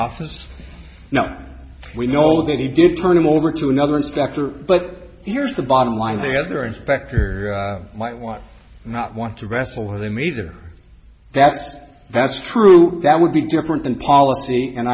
office now we know that he did turn him over to another inspector but here's the bottom line the other inspector might want not want to wrestle with him either that's that's true that would be different than policy and